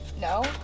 No